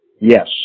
Yes